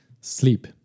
Sleep